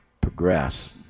progress